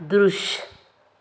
दृश